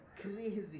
Crazy